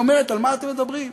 היא אומרת: על מה אתם מדברים?